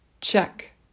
check